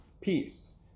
peace